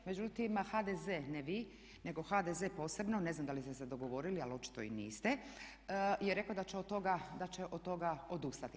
Međutim HDZ, ne vi nego HDZ posebno, ne znam da li ste se dogovorili ali očito i niste, je rekao da će od toga odustati.